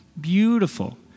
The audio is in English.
beautiful